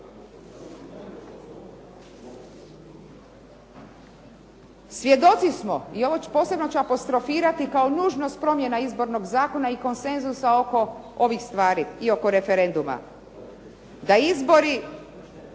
Svjedoci smo i ovo ću posebno apostrofirati kao nužnost promjena izbornog zakona i konsenzusa oko ovih stvari i oko referenduma da izbori